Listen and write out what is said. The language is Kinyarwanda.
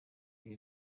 ibi